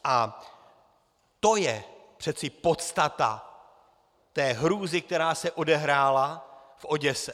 A to je přece podstata té hrůzy, která se odehrála v Oděse.